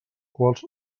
quals